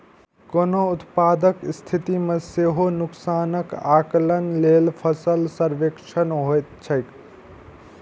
कोनो आपदाक स्थिति मे सेहो नुकसानक आकलन लेल फसल सर्वेक्षण होइत छैक